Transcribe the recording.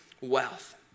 wealth